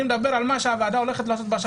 אני מדבר על מה שהוועדה הולכת לעשות בהמשך.